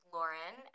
Lauren